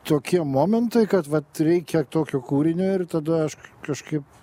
tokie momentai kad vat reikia tokio kūrinio ir tada aš kažkaip